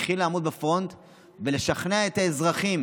צריכים לעמוד בפרונט ולשכנע את האזרחים